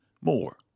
more